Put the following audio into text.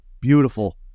Beautiful